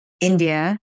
India